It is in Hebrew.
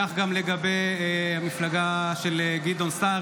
כך גם לגבי המפלגה של גדעון סער,